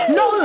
no